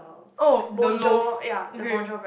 oh the loft okay